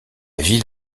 ville